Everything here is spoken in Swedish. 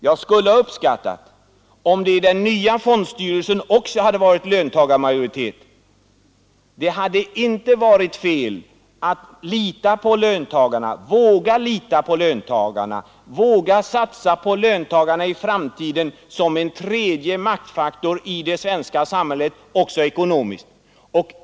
Jag skulle ha uppskattat om det i den nya fondstyrelsen också hade Nr 99 förs gits Kön Tagatg pater Det hade inte varit fel att våga lita på Torsdagen den löntagarna, vågat satsa på löntagarna i framtiden som en tredje 24 maj 1973 maktfaktor i det svenska samhället också ekonomiskt.